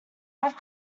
i’ve